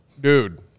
Dude